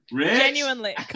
Genuinely